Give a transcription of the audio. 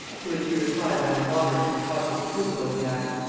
to which he replied by a moderate and cautious approval of the act.